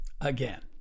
again